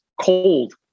cold